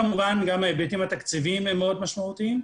כמובן, גם ההיבטים התקציביים הם מאוד משמעותיים.